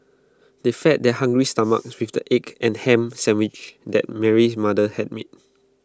they fed their hungry stomachs with the egg and Ham Sandwiches that Mary's mother had made